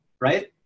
right